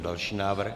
Další návrh.